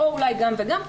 אולי גם וגם,